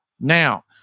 Now